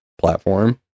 platform